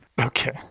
Okay